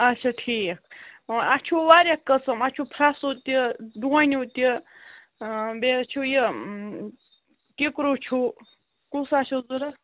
اَچھا ٹھیٖک وۅنۍ اَسہِ چھُ واریاہ قٕسٕم اَسہِ چھُ پھَرَسُو تہِ ڈۄنِیٛوٗ تہِ بیٚیہِ حظ چھُ یہِ کِکروٗ چھُو کُس حظ چھُ ضروٗرت